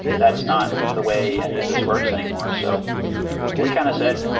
that's not the way any of this works anymore. so we kind of said,